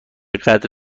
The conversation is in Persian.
قدر